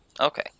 Okay